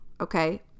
okay